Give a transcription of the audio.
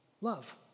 Love